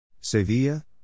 Sevilla